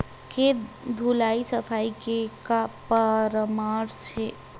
के धुलाई सफाई के का परामर्श हे?